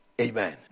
amen